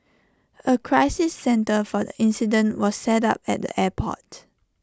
A crisis centre for the incident was set up at the airport